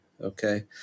okay